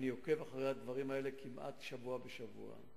אני עוקב אחרי הדברים האלה כמעט שבוע בשבוע.